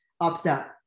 upset